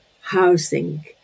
housing